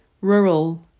Rural